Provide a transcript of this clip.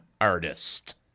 artist